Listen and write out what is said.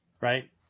right